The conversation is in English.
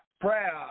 Prayer